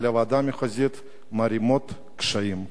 אבל הוועדות המחוזיות מערימות קשיים.